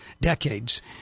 decades